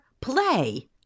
play